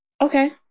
Okay